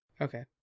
Okay